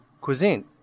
cuisine